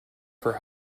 for